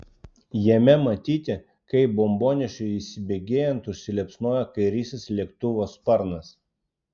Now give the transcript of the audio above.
jame matyti kaip bombonešiui įsibėgėjant užsiliepsnoja kairysis lėktuvo sparnas